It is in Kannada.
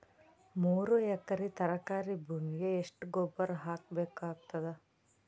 ಮೂರು ಎಕರಿ ತರಕಾರಿ ಭೂಮಿಗ ಎಷ್ಟ ಗೊಬ್ಬರ ಹಾಕ್ ಬೇಕಾಗತದ?